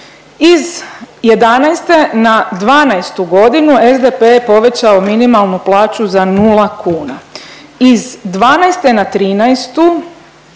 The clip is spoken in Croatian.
Iz '11. na '12.g. SDP je povećao minimalnu plaću za 0 kuna, iz '12. na '13. za